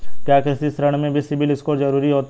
क्या कृषि ऋण में भी सिबिल स्कोर जरूरी होता है?